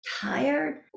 tired